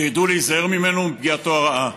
וידעו להיזהר ממנו ומפגיעתו הרעה.